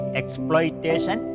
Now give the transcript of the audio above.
exploitation